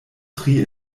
tri